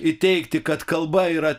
įteigti kad kalba yra